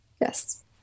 Yes